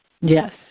Yes